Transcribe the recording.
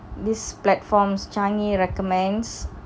these platforms changi recommends